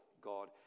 God